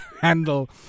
handle